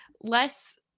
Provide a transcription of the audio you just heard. less